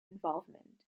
involvement